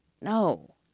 no